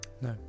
No